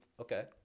okay